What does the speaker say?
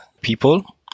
people